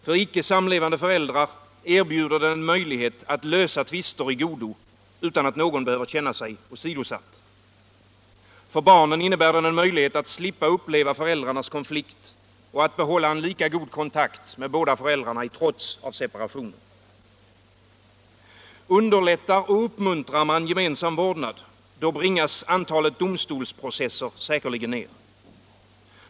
För icke samlevande föräldrar erbjuder den en möjlighet att lösa tvister i godo utan att någon behöver känna sig åsidosatt. För barnen innebär den en möjlighet att slippa uppleva föräldrarnas konflikt och att behålla en lika god kontakt med båda föräldrarna i trots av separationen. Underlättar och uppmuntrar man gemensam vårdnad, bringas antalet domstolsprocesser säkerligen ner.